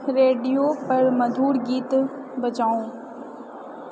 radio पर मधुर गीत बजाउ